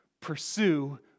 pursue